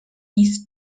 east